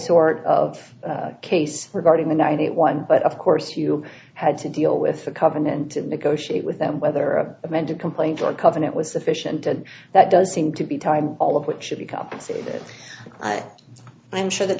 sort of case regarding the ninety one but of course you had to deal with the covenant and negotiate with them whether a amended complaint or a covenant was sufficient and that does seem to be time all of which should be compensated i'm sure th